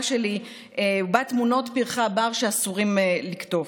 שלי ובה תמונות פרחי הבר שאסור לקטוף.